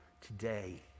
Today